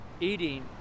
eating